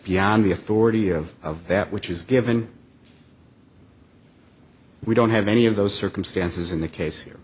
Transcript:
beyond the authority of that which is given we don't have any of those circumstances in the case here